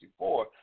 1964